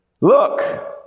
Look